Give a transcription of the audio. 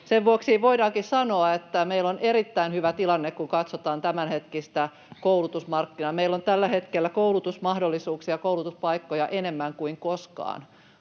Sen vuoksi voidaankin sanoa, että meillä on erittäin hyvä tilanne, kun katsotaan tämänhetkistä koulutusmarkkinaa. Meillä on tällä hetkellä koulutusmahdollisuuksia ja koulutuspaikkoja enemmän kuin koskaan